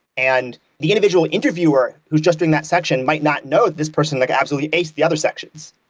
and the individual interviewer who's just doing that section might not know that this person like absolutely aced the other sections.